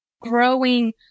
Growing